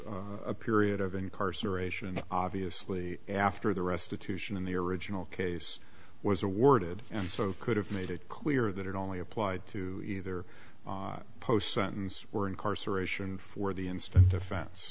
s a period of incarceration and obviously after the restitution in the original case was awarded and so could have made it clear that it only applied to either post sentence or incarceration for the instant offense